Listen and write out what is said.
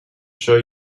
show